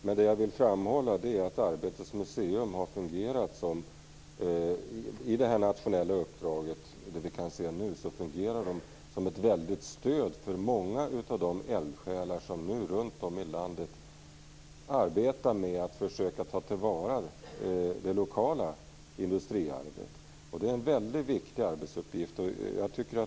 Men Arbetets museum fungerar inom det nationella uppdraget som ett stöd för många av de eldsjälar som arbetar med att försöka ta till vara det lokala industriarvet. Det är en viktig arbetsuppgift.